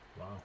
wow